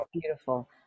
beautiful